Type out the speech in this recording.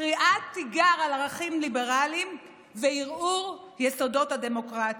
קריאת תיגר על ערכים ליברליים וערעור יסודות הדמוקרטיה.